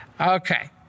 Okay